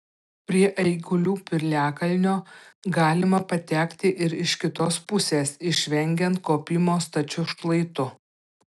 prie eigulių piliakalnio galima patekti ir iš kitos pusės išvengiant kopimo stačiu šlaitu